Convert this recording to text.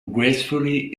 gracefully